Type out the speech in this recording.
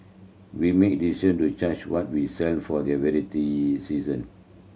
we make decision to change what we sell for the variety season